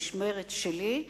במשמרת שלי,